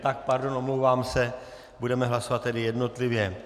Tak pardon, omlouvám se, budeme hlasovat tedy jednotlivě.